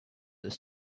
this